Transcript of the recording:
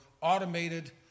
automated